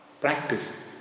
practice